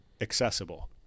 accessible